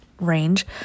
range